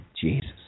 Jesus